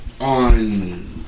on